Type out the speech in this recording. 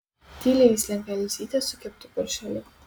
tyliai įslenka elzytė su keptu paršeliu